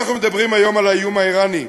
אנחנו מדברים היום על האיום האיראני,